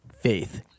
faith